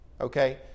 Okay